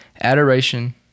adoration